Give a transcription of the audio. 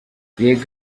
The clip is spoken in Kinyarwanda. yego